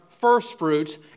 firstfruits